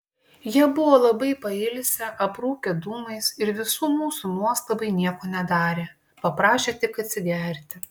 jie buvo labai pailsę aprūkę dūmais ir visų mūsų nuostabai nieko nedarė paprašė tik atsigerti